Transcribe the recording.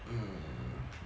mm